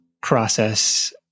process